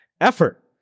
effort